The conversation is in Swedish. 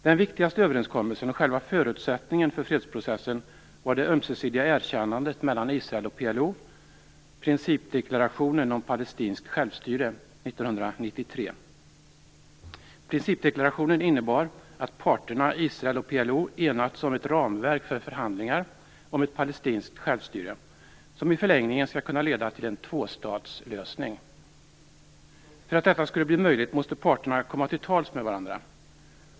Den viktigaste överenskommelsen och själva förutsättningen för fredsprocessen var det ömsesidiga erkännandet mellan Israel och PLO, principdeklarationen om palestinskt självstyre 1993. Principdeklarationen innebar att parterna Israel och PLO enats om ett ramverk för förhandlingar om ett palestinskt självstyre, som i förlängningen skall kunna leda till en tvåstatslösning. För att detta skulle bli möjligt måste parterna komma till tals med varandra.